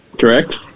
Correct